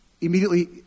immediately